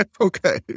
Okay